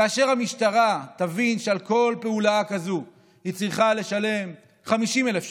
כאשר המשטרה תבין שעל כל פעולה כזו היא צריכה לשלם 50,000 שקל,